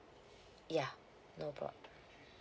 ya no problem